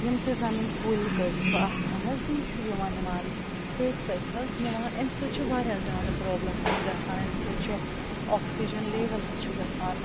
یِم تہِ زَن یِم کُلۍ کٔٹۍ چھُ آسان حظ یِم چھِ یِوان یِوان ژٔٹۍ ژٔٹۍ حظ نِوان امہِ سۭتۍ چھِ واریاہ زیادٕ پرٛابلم حظ گژھان اَمہِ سۭتۍ چھُ آکسیٖجَن لیوَل حظ چھُ گژھان